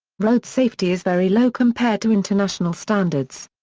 road safety is very low compared to international standards.